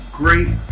great